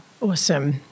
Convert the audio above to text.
Awesome